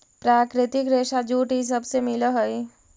प्राकृतिक रेशा जूट इ सब से मिल हई